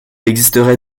existerait